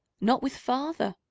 not with father.